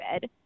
bed